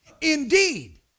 Indeed